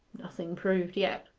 nothing proved yet.